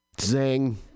Zing